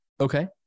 Okay